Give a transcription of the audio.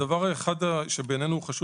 הדבר האחד החשוב,